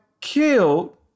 killed